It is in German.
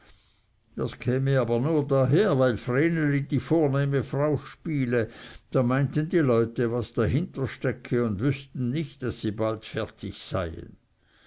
das käme aber nur daher weil vreneli die vornehme frau spiele da meinten die leute was dahinterstecke und wüßten nicht daß sie bald fertig seien